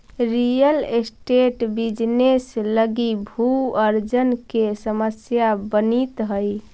real estate business लगी भू अर्जन के समस्या बनित हई